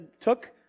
took